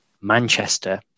Manchester